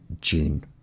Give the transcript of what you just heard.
June